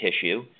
tissue